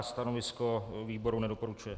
Stanovisko výboru: nedoporučuje.